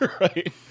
right